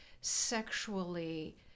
sexually